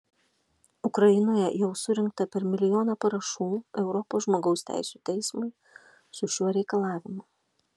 ukrainoje jau surinkta per milijoną parašų europos žmogaus teisių teismui su šiuo reikalavimu